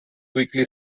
quickly